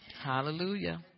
Hallelujah